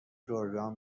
گرگان